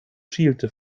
schielte